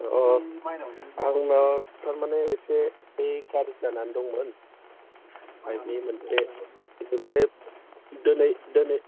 अ आंनो थारमाने इसे ओइ गाज्रि जानानै दंमोन पाइपनि मोनसे बेनिफ्राय दिनै